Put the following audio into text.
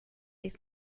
his